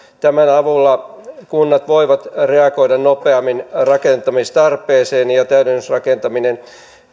tämän avulla kunnat voivat reagoida nopeammin rakentamistarpeeseen ja täydennysrakentaminen